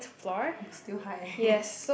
still high